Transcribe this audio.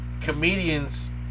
comedians